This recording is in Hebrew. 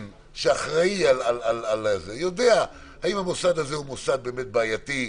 קצין שאחראי יודע האם המוסד הזה באמת בעייתי,